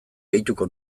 gehituko